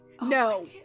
no